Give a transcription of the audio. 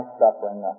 suffering